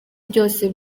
byose